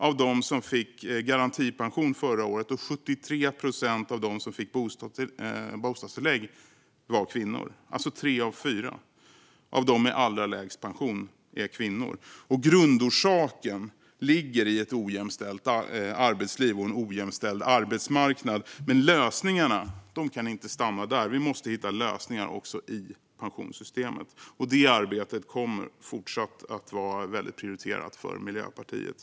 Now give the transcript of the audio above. Av dem som fick garantipension förra året var 77 procent kvinnor, och av dem som fick bostadstillägg var det 73 procent. Tre av fyra av dem med allra lägst pension är alltså kvinnor. Grundorsaken ligger i ett ojämställt arbetsliv och en ojämställd arbetsmarknad. Men lösningarna kan inte stanna där. Vi måste hitta lösningar också i pensionssystemet, och detta arbete kommer fortsatt att vara väldigt prioriterat för Miljöpartiet.